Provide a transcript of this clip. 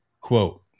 Quote